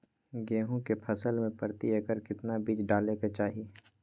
गेहूं के फसल में प्रति एकड़ कितना बीज डाले के चाहि?